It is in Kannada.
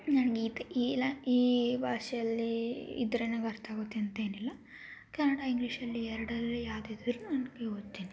ನನಗೆ ಈ ಭಾಷೆಯಲ್ಲಿ ಇದ್ರೆ ನನಗೆ ಅರ್ಥ ಆಗುತ್ತೆ ಅಂತ ಏನಿಲ್ಲ ಕನ್ನಡ ಇಂಗ್ಲೀಷ್ ಅಲ್ಲಿ ಎರಡರಲ್ಲಿ ಯಾವುದು ಇದ್ರುನೂ ನಾನು ಓದ್ತೀನಿ